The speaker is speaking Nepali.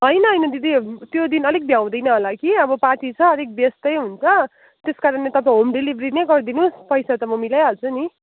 होइन होइन दिदी त्यो दिन अलिक भ्याउँदिन होला कि अब पार्टी छ अलिक व्यस्तै हुन्छ त्यस कारणले तपाईँ होम डेलिभरी नै गरिदिनु होस् पैसा त म मिलाइहाल्छु नि